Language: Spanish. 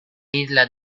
isla